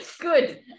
Good